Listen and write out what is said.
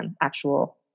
actual